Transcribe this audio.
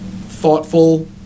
thoughtful